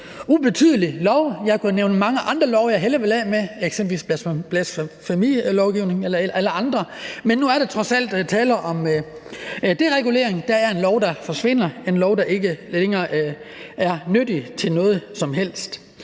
ubetydelig lov. Jeg kunne nævne mange andre love, jeg hellere ville af med, eksempelvis blasfemiloven eller andre, men nu er der trods alt tale om deregulering. Der er en lov, der forsvinder, en lov, der ikke længere er til nytte for noget som helst.